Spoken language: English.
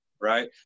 right